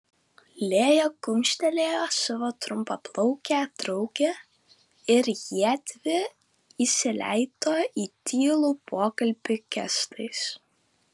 lėja kumštelėjo savo trumpaplaukę draugę ir jiedvi įsileido į tylų pokalbį gestais